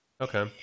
Okay